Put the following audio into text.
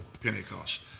Pentecost